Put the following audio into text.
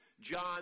John